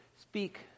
speak